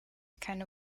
keine